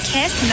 Kiss